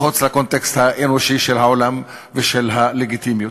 מחוץ לקונטקסט האנושי של העולם ושל הלגיטימיות.